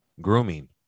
Grooming